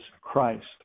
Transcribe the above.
Christ